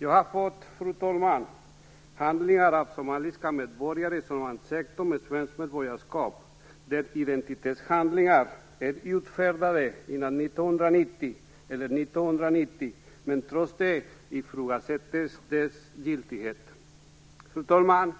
Jag har fått handlingar från somaliska medborgare som ansökt om svenskt medborgarskap - identitetshandlingar som är utfärdade 1990 eller före 1990. Trots det ifrågasätts deras giltighet. Fru talman!